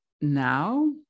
now